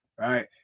right